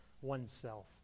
oneself